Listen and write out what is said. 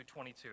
22